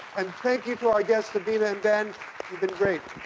and thank you to our guests sabrina and ben, you've been great.